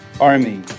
army